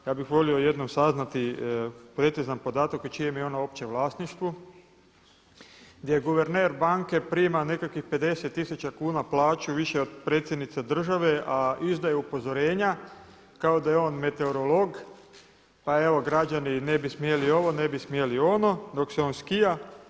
Ja bih volio jednom saznati precizan podatak u čijem je ona uopće vlasništvu, gdje guverner banke prima nekakvih 50000 kuna plaću više od predsjednice države, a izdaju upozorenja kao da je on meteorolog, pa evo građani ne bi smjeli ovo, ne bi smjeli ono dok se on skija.